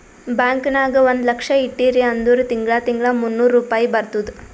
bank ನಾಗ್ ಒಂದ್ ಲಕ್ಷ ಇಟ್ಟಿರಿ ಅಂದುರ್ ತಿಂಗಳಾ ತಿಂಗಳಾ ಮೂನ್ನೂರ್ ರುಪಾಯಿ ಬರ್ತುದ್